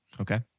Okay